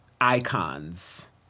icons